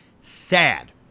Sad